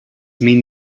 mean